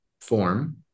form